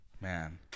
Man